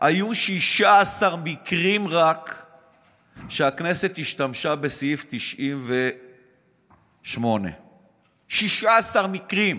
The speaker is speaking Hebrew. היו רק 16 מקרים שהכנסת השתמשה בסעיף 98. 16 מקרים.